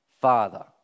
Father